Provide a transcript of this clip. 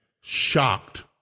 shocked